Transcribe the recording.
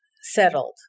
settled